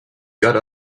got